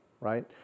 right